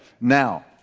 Now